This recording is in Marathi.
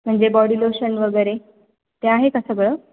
म्हणजे बॉडी लोशन वगैरे ते आहे का सगळं